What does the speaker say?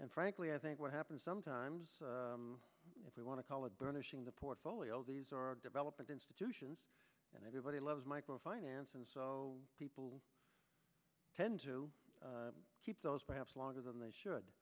and frankly i think what happens sometimes if we want to call it burnishing the portfolio these are developing institutions that everybody loves micro finance and so people tend to keep those perhaps longer than they should